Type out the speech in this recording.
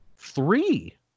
Three